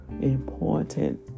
important